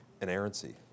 inerrancy